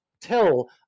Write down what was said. tell